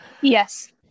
yes